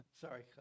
Sorry